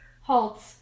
HALT